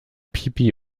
pipi